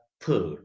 third